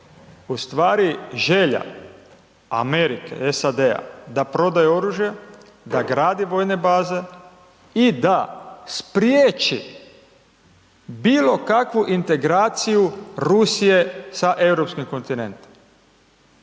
u stvari želja Amerike, SAD-a da prodaju oružje, da gradi vojne baze i da spriječi bilo kakvu integraciju Rusije sa europskim kontinentom.